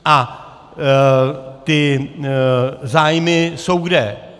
A ty zájmy jsou kde?